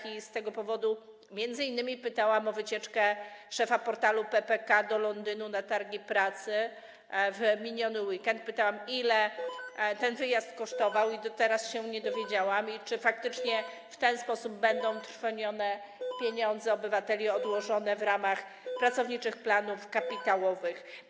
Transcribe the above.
Między innymi z tego powodu pytałam o wycieczkę szefa portalu PPK do Londynu na targi pracy w miniony weekend, pytałam, ile ten wyjazd kosztował - do teraz się nie dowiedziałam - i czy faktycznie w ten sposób będą trwonione pieniądze obywateli odłożone w ramach pracowniczych planów kapitałowych.